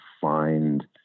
find